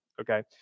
okay